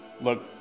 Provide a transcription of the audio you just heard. Look